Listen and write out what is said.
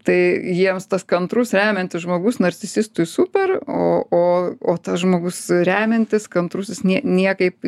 tai jiems tas kantrus remiantis žmogus narcisistui super o o o tas žmogus remiantis kantrusis nė niekaip